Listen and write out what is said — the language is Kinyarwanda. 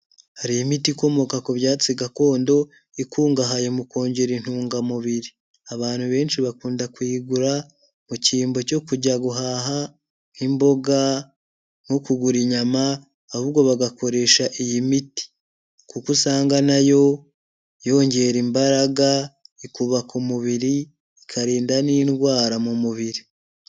Hari imiti ikomoka ku byatsi gakondo ikungahaye mu kongera intungamubiri. Abantu benshi bakunda kuyigura mu cyimbo cyo kujya guhaha nk'imboga, nko kugura inyama, ahubwo bagakoresha iyi miti, kuko usanga na yo yongera imbaraga, ikubaka umubiri, ikarinda n'indwara mu mubiri.